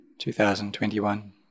2021